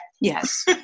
yes